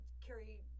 carry